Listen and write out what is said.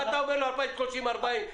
מה אתה אומר לו 2030, 2040?